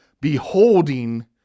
beholding